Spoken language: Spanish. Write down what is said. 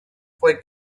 fue